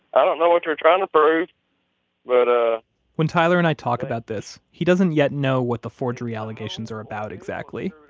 i don't know what they're trying to prove but ah when tyler and i talk about this, he doesn't yet know what the forgery allegations are about exactly.